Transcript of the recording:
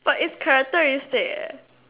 what it's characteristic eh